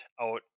out